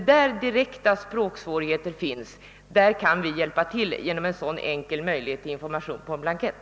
Där direkta språksvårigheter föreligger kan man underlätta detta genom en så enkel åtgärd som en uppgift på en blankett.